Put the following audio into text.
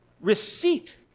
receipt